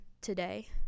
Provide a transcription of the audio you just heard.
today